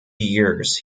years